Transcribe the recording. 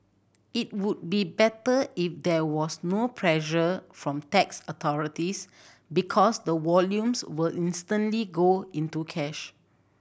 it would be better if there was no pressure from tax authorities because the volumes will instantly go into cash